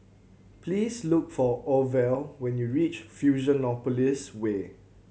please look for Orvel when you reach Fusionopolis Way